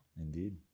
Indeed